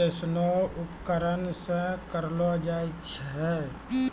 जैसनो उपकरण सें करलो जाय छै?